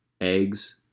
eggs